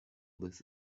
this